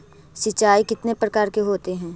सिंचाई कितने प्रकार के होते हैं?